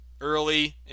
early